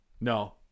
No